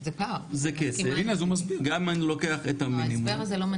זה כסף, גם אם אני לוקח את המינימום.